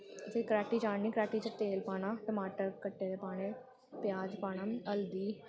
फ्ही कड़ाह्टी चाढ़नी कड़ाह्टी च तेल पाना टमाटर कट्टे दे पाने प्याज पाना हल्दी